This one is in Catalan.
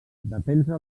defensa